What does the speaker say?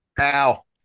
Ow